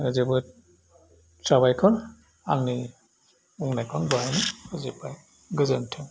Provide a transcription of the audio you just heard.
आरो जोबोद साबायखर आंनि बुंनायखौ आं बाहायनो फोजोबबाय गोजोन्थों